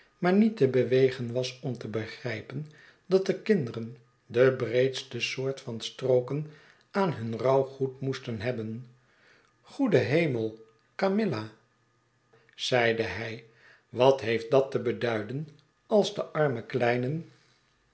maar niet te bewegen was om te begrijpen dat de kinderen de breedste soort van strooken aan hun rouwgoed moesten hebben goede hemel camilla zeide hij wat heeft dat te beduiden als de arme kleinen